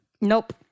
Nope